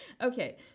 okay